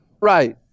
Right